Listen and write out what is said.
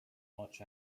much